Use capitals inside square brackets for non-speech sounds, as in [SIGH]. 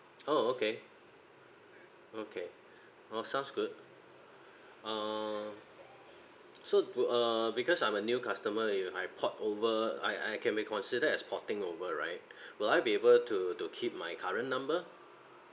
oh okay okay oh sounds good err so do err because I'm a new customer it I port over I I can be considered as porting over right [BREATH] will I be able to to keep my current number